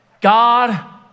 God